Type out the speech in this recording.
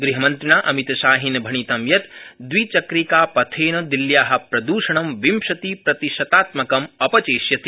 गृहमन्त्रिणा अमितशाहेन भणितं यत् दविचक्रिकापथेन दिल्ल्या प्रद्षणं विंशति प्रतिशतात्मकम् अपचेष्यति